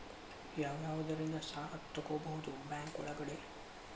ಯಾವ್ಯಾವುದರಿಂದ ಸಾಲ ತಗೋಬಹುದು ಬ್ಯಾಂಕ್ ಒಳಗಡೆ?